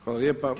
Hvala lijepa.